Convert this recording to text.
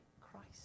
Christ